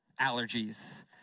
allergies